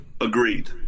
Agreed